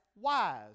wise